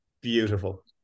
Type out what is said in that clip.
Beautiful